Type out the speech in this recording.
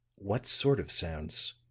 what sort of sounds?